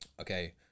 okay